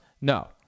No